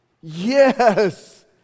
Yes